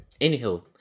anywho